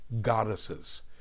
goddesses